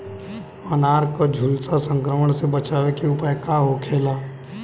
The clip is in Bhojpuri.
अनार के झुलसा संक्रमण से बचावे के उपाय का होखेला?